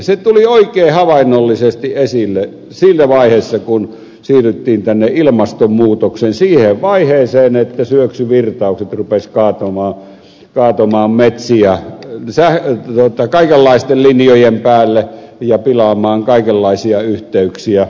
se tuli oikein havainnollisesti esille siinä vaiheessa kun siirryttiin ilmastonmuutoksen siihen vaiheeseen että syöksyvirtaukset rupesivat kaatamaan metsiä kaikenlaisten linjojen päälle ja pilaamaan kaikenlaisia yhteyksiä